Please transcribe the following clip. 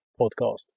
podcast